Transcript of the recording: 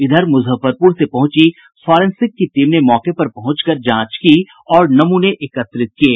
इधर मुजफ्फरपुर से पहुंची फॉरेंसिक की टीम ने मौके पर पहुंच कर जांच की और नमूने एकत्रित किये